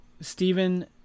Stephen